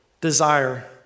desire